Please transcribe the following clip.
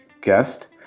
guest